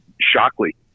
Shockley